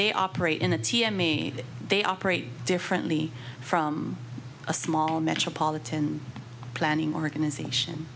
they operate in a t n me they operate differently from a small metropolitan planning organization